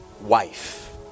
wife